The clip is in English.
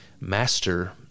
master